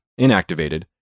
inactivated